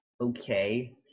Okay